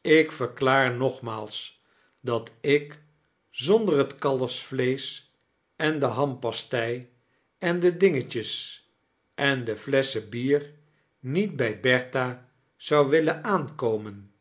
ik verklaar nogmaals dat ik zonder het kalfsvleesch en de hampastei en de dingetjes en de flesschen bier niet bij bertha zou willen aankomen